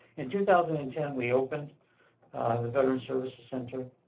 in two thousand and ten we opened the veteran service center.